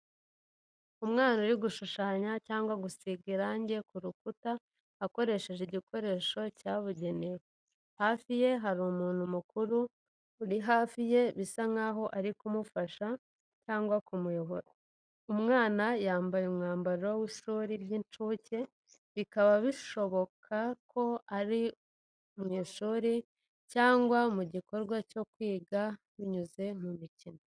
Umwana uri gushushanya cyangwa gusiga irangi ku rukuta akoresheje igikoresho cyabugenewe hafi ye hari umuntu mukuru uri hafi ye, bisa n'aho ari kumufasha cyangwa kumuyobora. Umwana yambaye umwambaro w’ishuri ry’incuke bikaba bishoboka ko ari mu ishuri cyangwa mu gikorwa cyo kwiga binyuze mu mikino.